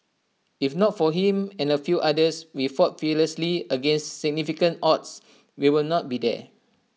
if not for him and A few others we fought fearlessly against significant odds we will not be there